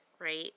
right